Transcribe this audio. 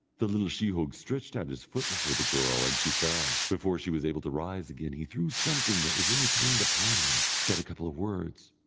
the little sheehogue stretched out his foot before the girl, and she fell. before she was able to rise again he threw something that was in his hand upon her, said a couple of words,